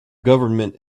government